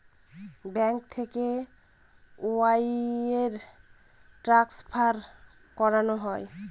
bank থেকে wire transfer করানো হয়